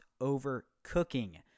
overcooking